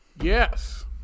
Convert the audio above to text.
Yes